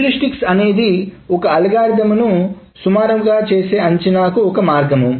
heuristics అనేది ఒక అల్గోరిథంను సుమారుగా చేసే అంచనాకు ఒక మార్గం